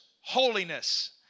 holiness